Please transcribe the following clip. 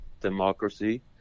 democracy